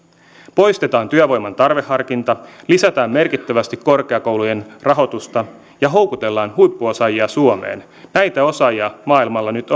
poistetaan työvoiman tarveharkinta lisätään merkittävästi korkeakoulujen rahoitusta ja houkutellaan huippuosaajia suomeen näitä osaajia maailmalla nyt